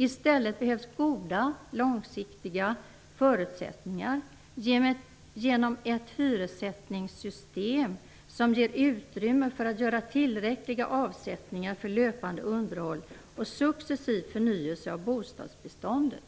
I stället behövs goda långsiktiga lösningar genom ett hyressättningssystem som ger utrymme för tillräckliga avsättningar för löpande underhåll och successiv förnyelse av bostadsbeståndet.